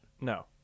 No